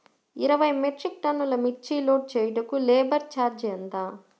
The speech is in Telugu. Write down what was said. ఇరవై మెట్రిక్ టన్నులు మిర్చి లోడ్ చేయుటకు లేబర్ ఛార్జ్ ఎంత?